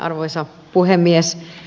arvoisa puhemies